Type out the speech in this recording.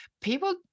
People